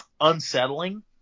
unsettling